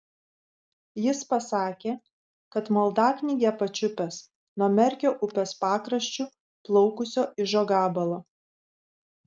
jis pasakė kad maldaknygę pačiupęs nuo merkio upės pakraščiu plaukusio ižo gabalo